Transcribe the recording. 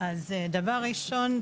דבר ראשון,